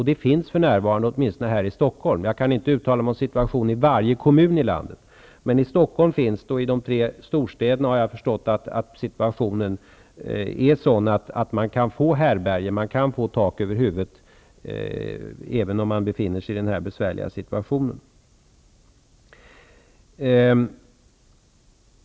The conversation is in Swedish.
Det finns för närvarande, åtminstone här i Stockholm. Jag kan inte uttala mig om situationen i varje kommun i landet. Men jag har förstått att situationen i de tre storstäderna är sådan att man kan få härbärge och tak över huvudet, även om man befinner sig i denna besvärliga situation.